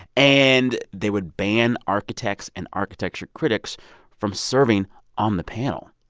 and they would ban architects and architecture critics from serving on the panel.